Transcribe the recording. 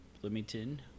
Bloomington